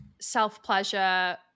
self-pleasure